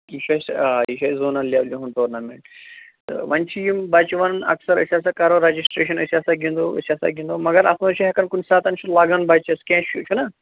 یہِ چھُ اَسہِ آ یہِ چھُ اَسہِ زونل لیولہِ ہُنٛد ٹورنامٮ۪نٛٹ تہٕ وۄنۍ چھِ یِم بَچہِ وَنَن اَکثر أسۍ ہسا کَرو رجسٹریشن أسۍ ہسا گِنٛدو أسۍ ہسا گِنٛدو مگر اَتھ منٛز چھِ ہٮ۪کن کُنہِ ساتَن چھُ لَگن بَچَس کیٚنٛہہ چھُ چھُنا